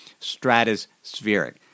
stratospheric